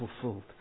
fulfilled